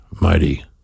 mighty